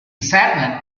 saddened